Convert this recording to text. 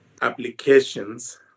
applications